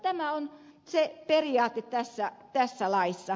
tämä on se periaate tässä laissa